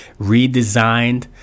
redesigned